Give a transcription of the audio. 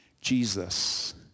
Jesus